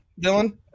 Dylan